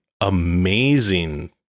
amazing